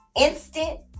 instant